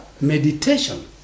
meditation